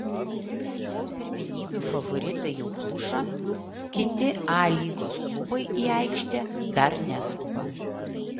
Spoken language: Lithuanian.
kol pirmenybių favoritai jau pluša kiti a lygos klubai į aikštę dar neskuba